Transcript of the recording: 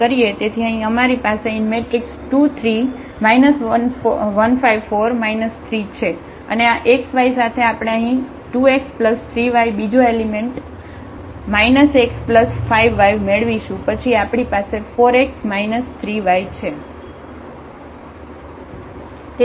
તેથી અહીં અમારી પાસે 2 3 1 5 4 3 છે અને આ x y સાથે આપણે અહીં 2x 3y બીજો એલિમેન્ટ x 5y મેળવીશું પછી આપણી પાસે 4x 3y છે